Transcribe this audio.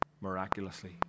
miraculously